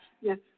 Yes